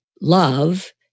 love